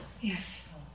Yes